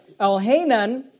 Elhanan